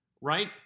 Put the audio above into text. right